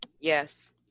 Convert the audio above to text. Yes